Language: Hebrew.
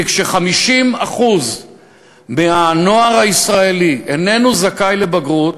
כי כש-50% מהנוער הישראלי איננו זכאי לבגרות,